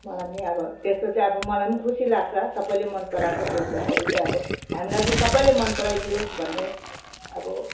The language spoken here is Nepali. मलाई पनि अब त्यस्तो चाहिँ अब मलाई पनि खुसी लाग्छ सबैले मनपराएको देख्दाखेरि चाहिँ अब हामीलाई चाहिँ सबैले मनपराइदेओस् भन्ने अब